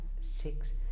six